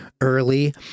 early